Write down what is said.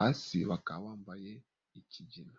Hasi bakaba bambaye ikigina.